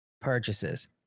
purchases